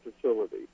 facility